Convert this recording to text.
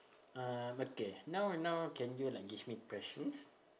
um okay now now can you like give me questions